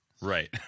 Right